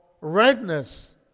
redness